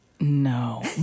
No